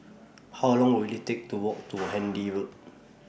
How Long Will IT Take to Walk to Handy Road